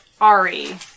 Ari